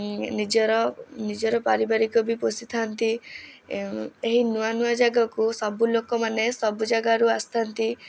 ନିଜର ନିଜର ପାରିବାରିକ ବି ପୋଷି ଥାଆନ୍ତି ଏହି ନୂଆ ନୂଆ ଯାଗାକୁ ସବୁ ଲୋକମାନେ ସବୁ ଯାଗାରୁ ଆସିଥାଆନ୍ତି